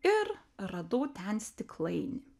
ir radau ten stiklainį